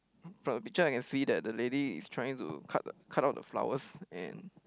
from the picture I can see that the lady is trying to cut cut out the flowers and